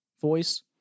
voice